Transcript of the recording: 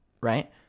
right